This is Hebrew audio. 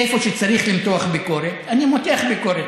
איפה שצריך למתוח ביקורת, אני מותח ביקורת.